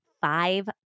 five